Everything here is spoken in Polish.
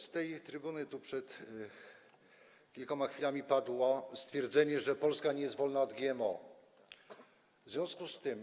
Z tej trybuny przed kilkoma chwilami padło stwierdzenie, że Polska nie jest wolna od GMO, w związku z tym.